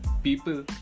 people